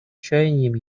чаяниям